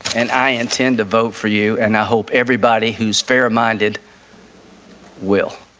and i intend to vote for you, and i hope everybody who's fair minded will.